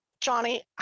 johnny